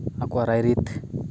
ᱟᱠᱚᱣᱟᱜ ᱨᱟᱭᱨᱤᱛ